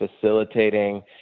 facilitating